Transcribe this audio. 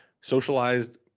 socialized